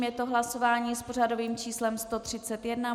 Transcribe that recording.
Je to hlasování s pořadovým číslem 131.